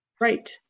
Right